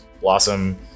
Blossom